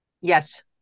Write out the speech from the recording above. Yes